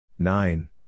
Nine